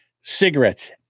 cigarettes